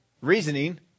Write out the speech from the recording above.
Reasoning